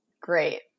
Great